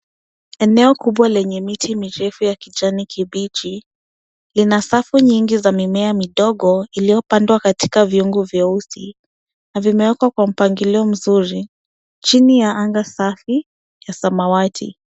Eneo kubwa lenye miti mirefu ya kijani kibichi. Lina safu nyingi za mimea midogo iliyopandwa katika vyungu vyeusi na vimewekwa kwa mpangilio mzuri, chini ya anga safi ya samawati.